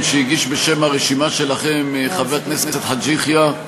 שהגיש בשם הרשימה שלכם חבר הכנסת חאג' יחיא,